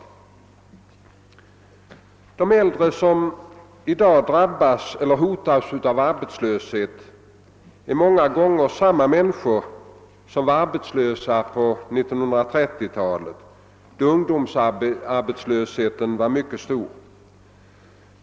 De äldre som i dag drabbas eller hotas av arbetslöshet är många gånger samma människor som var arbetslösa på 1930-talet, då ungdomsarbetslösheten var mycket stor.